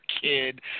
kid